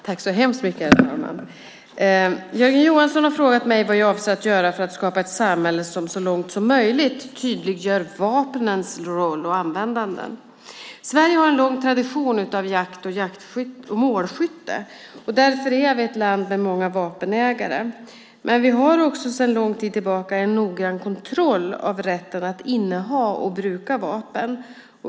Herr talman! Jörgen Johansson har frågat mig vad jag avser att göra för att skapa ett samhälle som, så långt som möjligt, tydliggör vapens roll och användande. Sverige har en lång tradition av jakt och målskytte. Därför är vi ett land med många vapenägare. Men vi har också sedan lång tid tillbaka en noggrann kontroll av rätten att inneha och bruka skjutvapen.